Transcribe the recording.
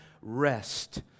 rest